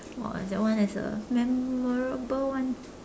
!wah! that one is a memorable one